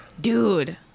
dude